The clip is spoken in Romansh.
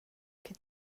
che